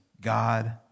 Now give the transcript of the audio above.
God